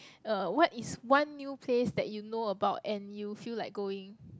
uh what is one new place that you know about and you feel like going